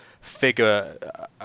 figure